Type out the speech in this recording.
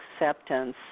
acceptance